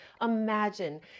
imagine